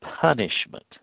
punishment